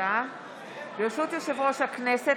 ברשות יושב-ראש הכנסת,